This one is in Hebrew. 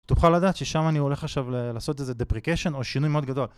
תוכל לדעת ששם אני הולך עכשיו לעשות איזה Deprecation או שינוי מאוד גדול.